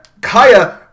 Kaya